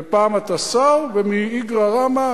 ופעם אתה שר ומאיגרא רמא,